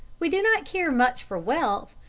we do not care much for wealth,